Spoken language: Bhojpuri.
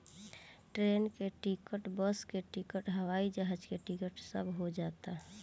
ट्रेन के टिकट, बस के टिकट, हवाई जहाज टिकट सब हो जाता